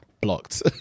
Blocked